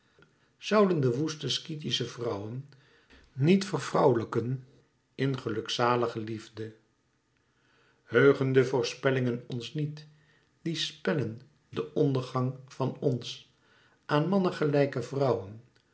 zouden de woeste skythische vrouwen niet vervrouwelijken in gelukzalige liefde heugen de voorspellingen ons niet die spellen den ondergang van ons aan mannen gelijke vrouwen